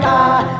God